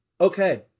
okay